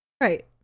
Right